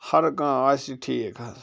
ہَر کانٛہہ آسہِ ٹھیٖک حظ